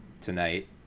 tonight